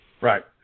Right